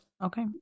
Okay